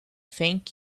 thank